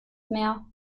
mehr